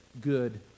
good